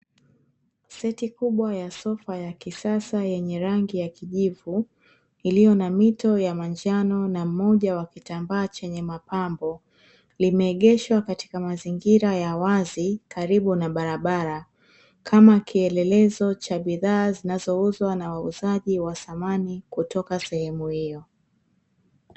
Seti kubwa ya sofa ya kisasa yenye rangi ya kijivu, iliyo na mito ya manjano na mmoja wa kitambaa chenye mapambo, limeegeshwa katika mazingira ya wazi karibu barabara , kama kielelezo cha bidhaa zinazouzwa na wauzaji wa samani kutoka sehemu hio.